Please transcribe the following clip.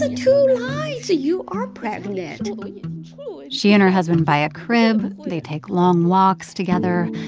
ah two lines. you are pregnant she and her husband buy a crib. they take long walks together.